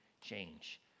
change